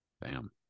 Bam